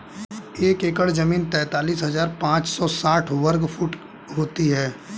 एक एकड़ जमीन तैंतालीस हजार पांच सौ साठ वर्ग फुट होती है